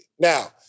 Now